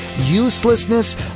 uselessness